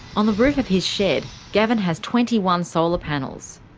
on the roof of his shed, gavin has twenty one solar panels.